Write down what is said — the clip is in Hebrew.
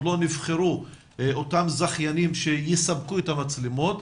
לא נבחרו אותם זכיינים שיספקו את המצלמות,